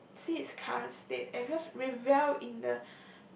and see it's current state and just reveal in the